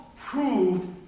Proved